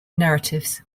narratives